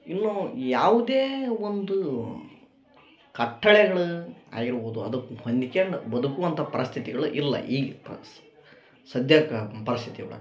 ಇವು ಯಾವುದೇ ಒಂದು ಕಟ್ಟಳೆಗಳು ಆಗಿರ್ಬೋದು ಅದಕ್ಕೆ ಹೊಂದ್ಕ್ಯಂಡ ಬದಕುವಂಥ ಪರಿಸ್ಥತಿಗಳು ಇಲ್ಲ ಈಗ ಪರಸ್ ಸದ್ಯಕ್ಕೆ ಆ ಪರಿಸ್ಥಿತಿ ಇಲ್ಲ